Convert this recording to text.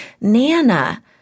Nana